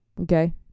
Okay